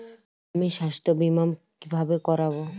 আমি স্বাস্থ্য বিমা কিভাবে করাব?